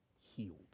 healed